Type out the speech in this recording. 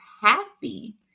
happy